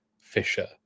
Fisher